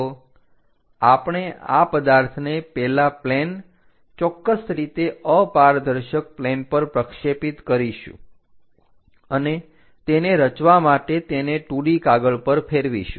તો આપણે આ પદાર્થને પેલા પ્લેન ચોક્કસ રીતે અપારદર્શક પ્લેન પર પ્રક્ષેપિત કરીશું તેને રચવા માટે તેને 2D કાગળ પર ફેરવીશું